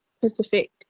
Pacific